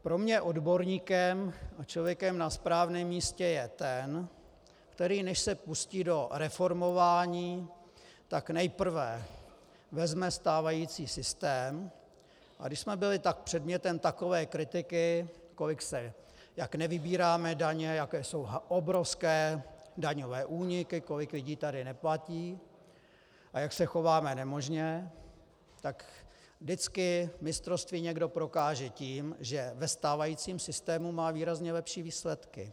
Pro mě odborníkem, člověkem na správném místě je ten, který než se pustí do reformování, tak nejprve vezme stávající systém, a když jsme byli předmětem takové kritiky, jak nevybíráme daně, jaké jsou obrovské daňové úniky, kolik lidí tady neplatí a jak se chováme nemožně, tak vždycky mistrovství někdo prokáže tím, že ve stávajícím systému má výrazně lepší výsledky.